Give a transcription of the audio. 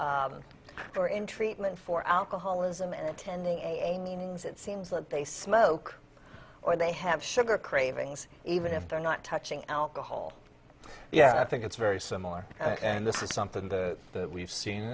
are in treatment for alcoholism and attending a meanings it seems that they smoke or they have sugar cravings even if they're not touching alcohol yeah i think it's very similar and this is something that we've seen